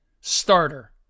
starter